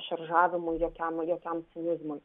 šaržavimu jokiam jokiam cinizmui